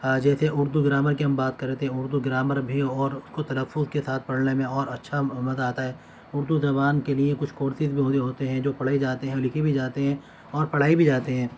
جیسے اردو گرامر کی ہم بات کر رہے تھے اردو گرامر بھی اور اس کو تلفظ کے ساتھ پڑھنے میں اور اچھا مزہ آتا ہے اردو زبان کے لیے کچھ کورسز بھی ہوتے ہیں جو پڑھے جاتے ہیں اور لکھے بھی جاتے ہیں اور پڑھائے بھی جاتے ہیں